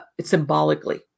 symbolically